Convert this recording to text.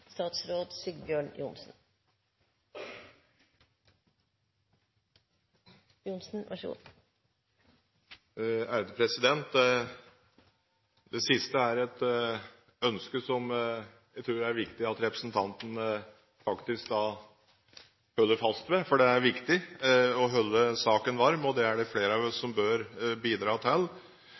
et ønske jeg tror det er viktig at representanten Hansen faktisk holder fast ved, for det er viktig å holde saken varm. Det er det flere av oss som bør bidra til.